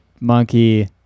Monkey